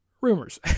rumors